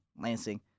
Lansing